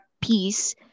piece